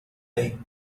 day